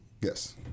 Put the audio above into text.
yes